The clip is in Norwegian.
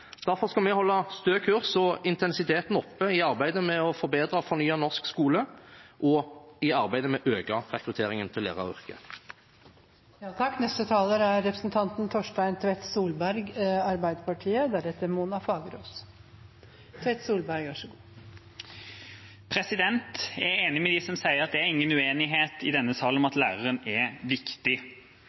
Derfor skal vi holde stø kurs og intensiteten oppe i arbeidet med å forbedre og fornye norsk skole og i arbeidet med å øke rekrutteringen til læreryrket. Jeg er enig med dem som sier at det er ingen uenighet i denne sal om at læreren er viktig. Vi i Arbeiderpartiet har en ubetinget kjærlighet til lærerne, vi kan rett og slett ikke få nok av dem. Arbeiderpartiet mener at